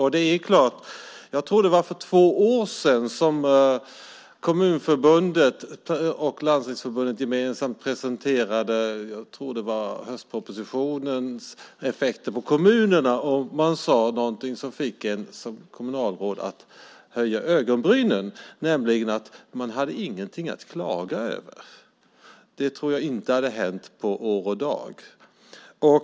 Jag tror att det var för två år sedan som Kommunförbundet och Landstingsförbundet gemensamt presenterade höstpropositionens, tror jag att det var, effekter på kommunerna. Och man sade någonting som fick mig som kommunalråd att höja på ögonbrynen, nämligen att man inte hade någonting att klaga över. Det tror jag inte hade hänt på år och dagar.